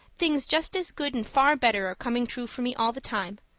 things just as good and far better are coming true for me all the time.